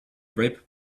ripe